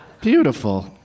beautiful